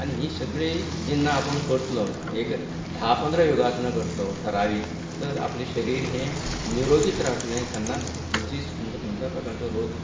आनी ही सगळीं जेन्ना आपूण करतलो एक धा पंदरां योगासनां करतलो थरावीक तर आपले शरीर हे निरोगीच रावतलें केन्नाच डिजीज म्हणटो खंयच्याच प्रकारचो रोग